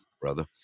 brother